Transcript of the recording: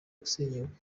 gusenyuka